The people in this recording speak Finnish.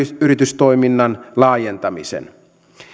yritystoiminnan laajentamisen